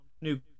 New